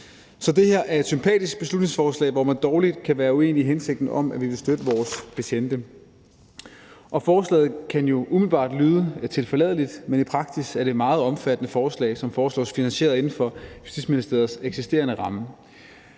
Så det her er et sympatisk beslutningsforslag, hvor man dårligt kan være uenig i hensigten om, at vi vil støtte vores betjente. Forslaget kan jo umiddelbart lyde tilforladeligt, men i praksis er det et meget omfattende forslag, som foreslås finansieret inden for Justitsministeriets eksisterende ramme.